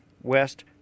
West